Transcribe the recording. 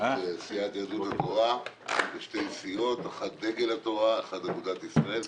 סיעת יהדות התורה לשתי סיעות: דגל התורה ואגודת ישראל,